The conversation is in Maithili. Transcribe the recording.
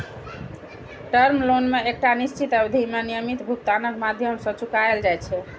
टर्म लोन कें एकटा निश्चित अवधि मे नियमित भुगतानक माध्यम सं चुकाएल जाइ छै